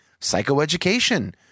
psychoeducation